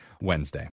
Wednesday